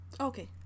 Okay